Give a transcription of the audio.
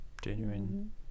genuine